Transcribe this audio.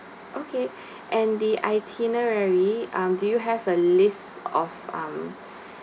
okay and the itinerary um do you have a list of um